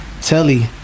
Telly